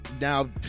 now